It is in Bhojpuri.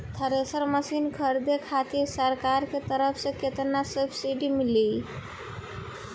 थ्रेसर मशीन खरीदे खातिर सरकार के तरफ से केतना सब्सीडी मिली?